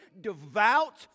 devout